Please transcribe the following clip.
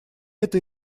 это